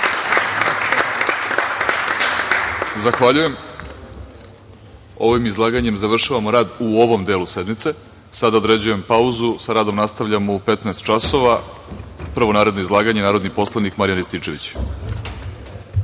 Zahvaljujem. Ovim izlaganjem završavamo rad u ovom delu sednice. Sada određujem pauzu. Sa radom nastavljamo u 15,00 časova. Prvo naredno izlaganje narodni poslanik Marijan Rističević.(Posle